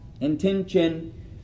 intention